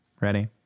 Ready